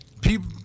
People